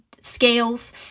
scales